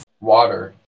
Water